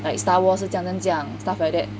like star wars 是这样这样 stuff like that